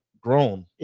grown